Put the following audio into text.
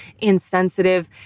insensitive